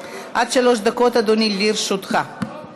לנציג התביעה על מעצרי חשודים בתיק 4000. ראשון הדוברים,